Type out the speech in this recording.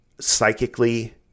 psychically